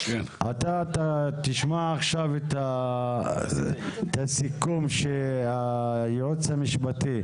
תשמע עכשיו את הסיכום של הייעוץ המשפטי.